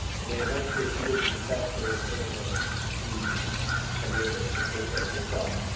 and then eventually she did confess to her attorney that she had made the the pay stubs herself.